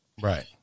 Right